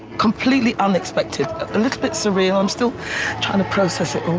completely unexpected. a little bit surreal. i'm still trying to process it all.